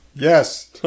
yes